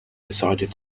decided